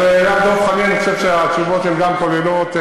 אז רק דב חנין חושב שהתשובות גם כוללות,